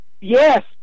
yes